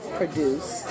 produce